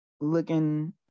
looking